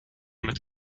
mit